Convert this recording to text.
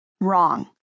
Wrong